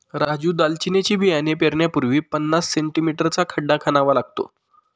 राजू दालचिनीचे बियाणे पेरण्यापूर्वी पन्नास सें.मी चा खड्डा खणावा लागतो